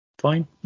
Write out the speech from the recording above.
fine